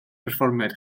perfformiad